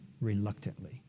reluctantly